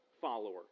follower